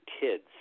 kids